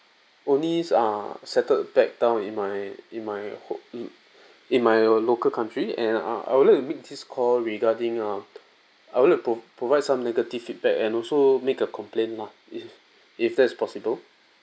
only uh settled back down in my in my ho~ in in my local country and uh I would like to make this call regarding err I would like to provide some negative feedback and also make a complaint lah if if that's possible